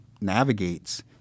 navigates